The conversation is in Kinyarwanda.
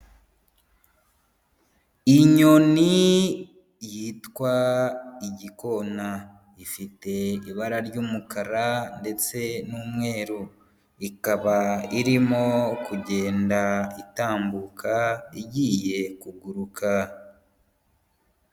Inyoni yitwa igikona. Ifite ibara ry'umukara ndetse n'umweru. Ikaba irimo kugenda itambuka, igiye kuguruka.